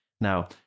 Now